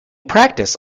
practice